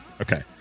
Okay